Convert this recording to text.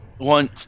One